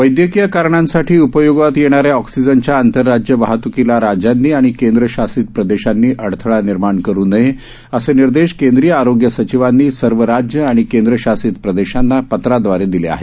वैदयकीय कारणांसाठी उपयोगात येणाऱ्या ऑक्सीजनच्या आंतरराज्य वाहत्कीला राज्यांनी आणि केंद्रशासित प्रदेशांनी अडथळा निर्माण करू नये असे निर्देश केंद्रीय आरोग्या सचिवांनी सर्व राज्य आणि केद्रशासित प्रदेशांना पत्रादवारे दिले आहेत